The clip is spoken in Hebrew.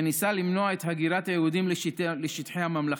שניסה למנוע את הגירת היהודים לשטחי הממלכה.